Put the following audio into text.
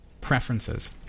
Preferences